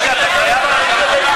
לא, רגע, אתה חייב לתת לה.